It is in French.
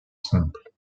simple